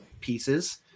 pieces